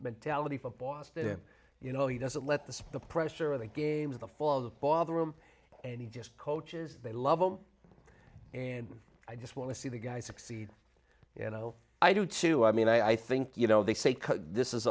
mentality for boston and you know he doesn't let the spin the pressure of the games of the fall that bother him and he just coaches they love him and i just want to see the guy succeed you know i do too i mean i think you know they say this is